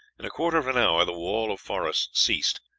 in a quarter of an hour the wall of forest ceased,